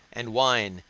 and wine,